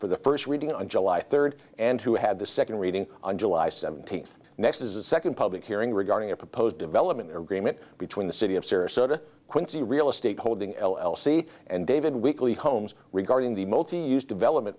for the first reading on july third and who had the second reading on july seventeenth next as a second public hearing regarding a proposed development agreement between the city of quincy real estate holding l l c and david weekley homes regarding the multiuse development